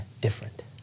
different